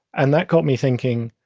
and that got me thinking,